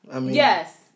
yes